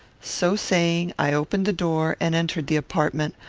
so saying, i opened the door, and entered the apartment,